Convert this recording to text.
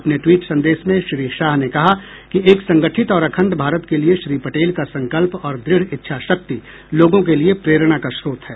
अपने ट्वीट संदेश में श्री शाह ने कहा कि एक संगठित और अखंड भारत के लिए श्री पटेल का संकल्प और दृढ़ इच्छा शक्ति लोगों के लिए प्रेरणा का स्रोत है